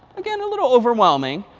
again a little overwhelming.